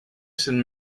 cent